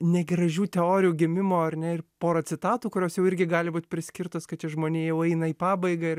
negražių teorijų gimimo ar ne ir porą citatų kurios jau irgi gali būt priskirtos kad čia žmonija jau eina į pabaigą ir